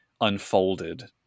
unfolded